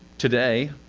today,